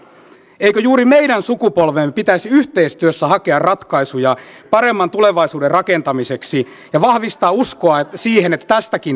eikö juuri meidän sukupolvemme pitäisi yhteistyössä hakea ratkaisuja paremman tulevaisuuden rakentamiseksi ja vahvistaa uskoa siihen että tästäkin selvitään